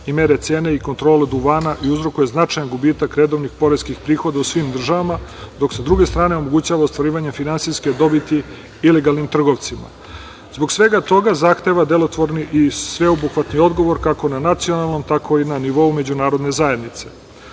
i mere cene i kontrole duvana i uzrokuje značajan gubitak redovnih poreskih prihoda u svim državama, dok sa druge strane omogućava ostvarivanje finansijske dobiti ilegalnim trgovcima. Zbog svega toga, zahteva delotvorni i sveobuhvatni odgovor kako na nacionalnom, tako i na nivou međunarodne zajednice. Protokol